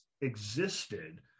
existed